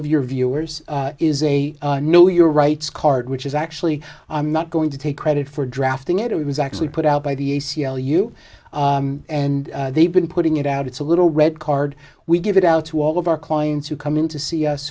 of your viewers is a know your rights card which is actually i'm not going to take credit for drafting it it was actually put out by the a c l u and they've been putting it out it's a little red card we give it out to all of our clients who come in to see us